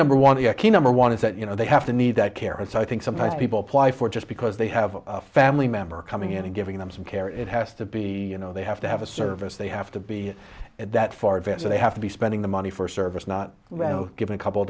number one the key number one is that you know they have to need that care and so i think sometimes people apply for just because they have a family member coming in and giving them some care it has to be know they have to have a service they have to be that far advanced or they have to be spending the money for service not given a couple